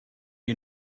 you